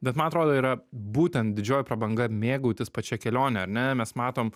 bet man atrodo yra būtent didžioji prabanga mėgautis pačia kelione ar ne mes matom